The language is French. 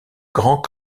grand